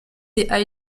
des